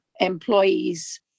employees